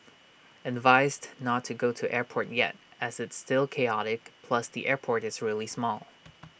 advised not to go to airport yet as it's still chaotic plus the airport is really small